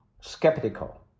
skeptical